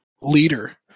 leader